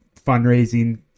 fundraising